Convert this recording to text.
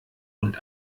und